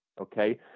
Okay